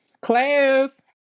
class